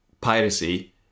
piracy